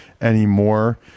anymore